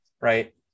right